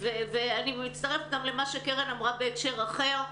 אני מצטרפת גם למה שאמרה קרן ברק בהקשר אחר: